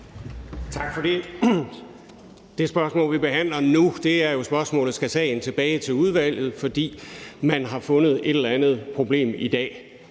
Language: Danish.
Tak for det. Det spørgsmål, vi behandler nu, er jo spørgsmålet om, om sagen skal tilbage til udvalget, fordi man har fundet et eller andet problem i dag